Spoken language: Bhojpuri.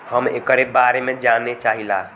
हम एकरे बारे मे जाने चाहीला?